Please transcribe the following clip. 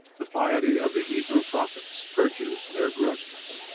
the piety of the hebrew prophets purges their grossness.